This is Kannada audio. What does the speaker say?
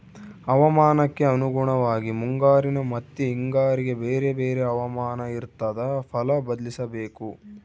ಹವಾಮಾನಕ್ಕೆ ಅನುಗುಣವಾಗಿ ಮುಂಗಾರಿನ ಮತ್ತಿ ಹಿಂಗಾರಿಗೆ ಬೇರೆ ಬೇರೆ ಹವಾಮಾನ ಇರ್ತಾದ ಫಲ ಬದ್ಲಿಸಬೇಕು